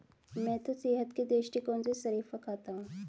मैं तो सेहत के दृष्टिकोण से शरीफा खाता हूं